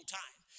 time